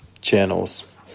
channels